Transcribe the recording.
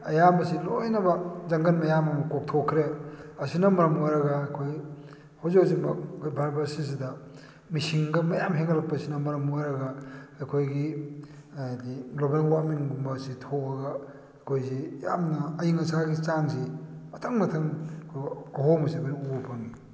ꯑꯌꯥꯝꯕꯁꯤ ꯂꯣꯏꯅꯃꯛ ꯖꯪꯒꯜ ꯃꯌꯥꯝ ꯑꯃ ꯀꯣꯛꯊꯣꯛꯈ꯭ꯔꯦ ꯑꯁꯤꯅ ꯃꯔꯝ ꯑꯣꯏꯔꯒ ꯑꯩꯈꯣꯏ ꯍꯧꯖꯤꯛ ꯍꯧꯖꯤꯛꯃꯛ ꯑꯩꯈꯣꯏ ꯚꯥꯔꯠ ꯕꯔꯁꯁꯤꯗ ꯃꯤꯁꯤꯡꯒ ꯃꯌꯥꯝ ꯍꯦꯟꯒꯠꯂꯛꯄꯁꯤꯅ ꯃꯔꯝ ꯑꯣꯏꯔꯒ ꯑꯩꯈꯣꯏꯒꯤ ꯍꯥꯏꯗꯤ ꯒ꯭ꯂꯣꯕꯦꯜ ꯋꯥꯔꯃꯤꯡꯒꯨꯝꯕꯁꯤ ꯊꯣꯛꯂꯒ ꯑꯩꯍꯣꯏꯁꯤ ꯌꯥꯝꯅ ꯑꯏꯪ ꯑꯁꯥꯒꯤ ꯆꯥꯡꯁꯤ ꯃꯊꯪ ꯃꯊꯪ ꯑꯍꯣꯡꯕꯁꯤ ꯑꯩꯈꯣꯏ ꯎꯕ ꯐꯪꯏ